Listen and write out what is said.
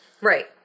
Right